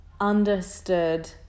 understood